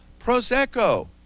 Prosecco